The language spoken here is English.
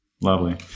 Lovely